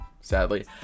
sadly